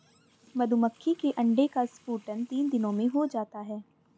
मधुमक्खी के अंडे का स्फुटन तीन दिनों में हो जाता है